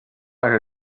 aka